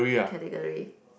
category